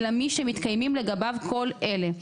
אלא מי שמתקיימים לגביו כל אלה: